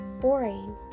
boring